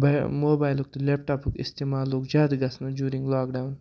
بہ موبایِلُک تہٕ لیپٹاپُک اِستعمال لوٚگ زیادٕ گژھنَس جوٗرِنگ لاکڈاوُن